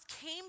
came